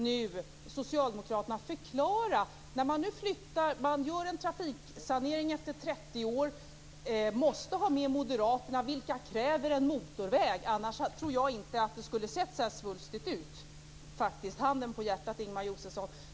Kan Socialdemokraterna förklara varför de, när de efter 30 år gör en trafiksanering, måste ha med Moderaterna, vilka kräver en motorväg, annars tror jag inte att det hade sett så svulstigt ut? Handen på hjärtat, Ingemar Josefsson.